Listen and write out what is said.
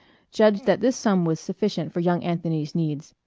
judged that this sum was sufficient for young anthony's needs.